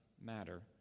matter